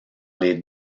les